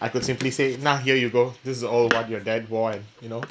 I could simply say nah here you go this is all what your dad wore you know